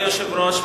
אדוני היושב-ראש,